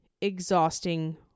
exhausting